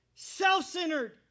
Self-centered